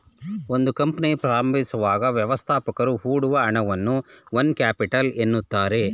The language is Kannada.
ಒಂದು ಕಂಪನಿ ಪ್ರಾರಂಭಿಸುವಾಗ ವ್ಯವಸ್ಥಾಪಕರು ಹೊಡುವ ಹಣವನ್ನ ಓನ್ ಕ್ಯಾಪಿಟಲ್ ಎನ್ನುತ್ತಾರೆ